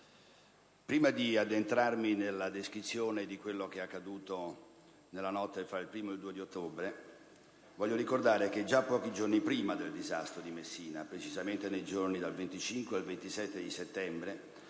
prima di addentrarmi nella descrizione di quello che è accaduto nella notte tra il 1° e il 2 ottobre, voglio ricordare che già pochi giorni prima del disastro di Messina (dal 25 al 27 settembre)